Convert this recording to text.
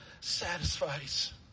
satisfies